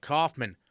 Kaufman